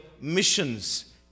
missions